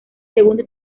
segundo